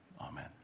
amen